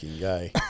guy